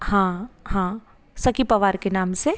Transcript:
हाँ हाँ सकी पवार के नाम से